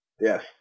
yes